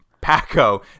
Paco